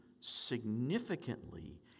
significantly